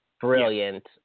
brilliant